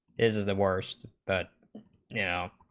is is the worst but you know